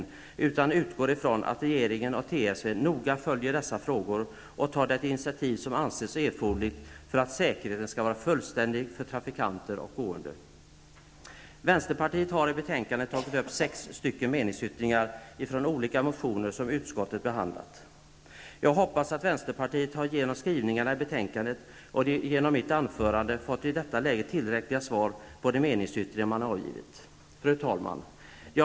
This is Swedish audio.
I stället utgår utskottet från att regeringen och TSV noga följer dessa frågor och tar det initiativ som anses erforderligt för att säkerheten för trafikanter och gående skall vara fullständig. Från vänsterpartiet finns i betänkandet sex meningsyttringar beträffande olika motioner som utskottet behandlat. Jag hoppas att man i vänsterpartiet genom skrivningarna i betänkandet och även genom mitt anförande i nuläget anser sig ha fått tillräckliga svar med anledning av avgivna meningsyttringar. Fru talman!